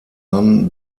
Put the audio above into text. anne